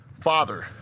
father